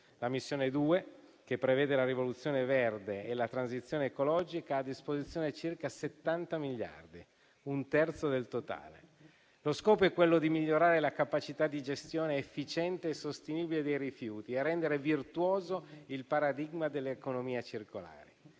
La Missione 2, che prevede la rivoluzione verde e la transizione ecologica, ha a disposizione circa 70 miliardi, un terzo del totale. Lo scopo è quello di migliorare la capacità di gestione efficiente e sostenibile dei rifiuti e rendere virtuoso il paradigma dell'economia circolare.